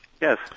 Yes